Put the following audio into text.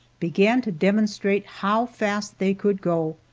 began to demonstrate how fast they could go.